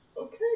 Okay